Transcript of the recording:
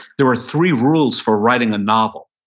there are three rules for writing a novel.